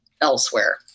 elsewhere